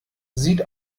sieht